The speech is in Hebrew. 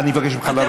אני מבקש ממך לרדת.